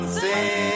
say